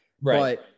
Right